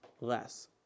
less